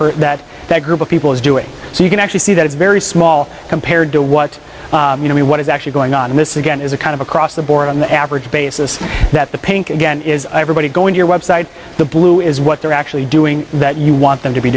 person that that group of people is doing so you can actually see that it's very small compared to what you know what is actually going on in this again is a kind of across the board on the average basis that the pink again is everybody going your website the blue is what they're actually doing that you want them to be